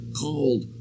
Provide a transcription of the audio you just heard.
called